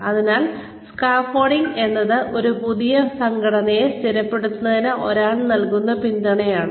അതിനാൽ സ്കാർഫോൾഡിംഗ് എന്നത് ഒരു പുതിയ ഘടനയെ സ്ഥിരപ്പെടുത്തുന്നതിന് ഒരാൾ നൽകുന്ന പിന്തുണയാണ്